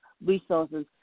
resources